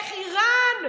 איך איראן,